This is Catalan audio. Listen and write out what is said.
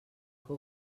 que